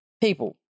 people